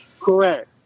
Correct